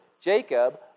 Jacob